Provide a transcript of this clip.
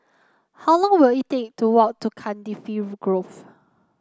how long will it take to walk to Cardifi Grove